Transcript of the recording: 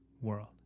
world